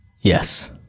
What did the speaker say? Yes